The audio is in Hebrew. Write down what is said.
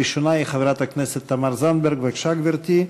הראשונה היא חברת הכנסת תמר זנדברג, בבקשה, גברתי.